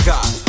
God